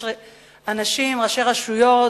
יש אנשים, ראשי רשויות